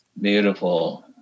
Beautiful